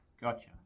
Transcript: Gotcha